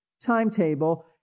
timetable